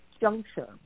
juncture